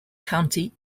county